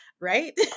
Right